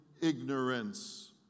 ignorance